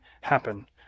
happen